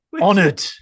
honored